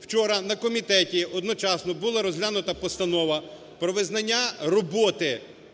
Вчора на комітеті одночасно була розглянута постанова про визнання роботи